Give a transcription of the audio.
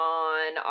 on